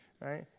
right